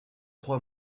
trois